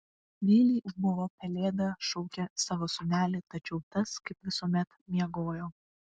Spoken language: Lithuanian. gailiai ūbavo pelėda šaukė savo sūnelį tačiau tas kaip visuomet miegojo